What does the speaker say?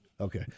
Okay